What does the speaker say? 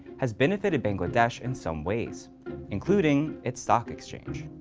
has benefited bangladesh in some ways including its stock exchange.